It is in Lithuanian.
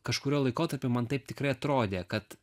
kažkuriuo laikotarpiu man taip tikrai atrodė kad